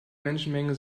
menschenmenge